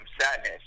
sadness